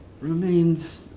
remains